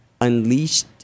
unleashed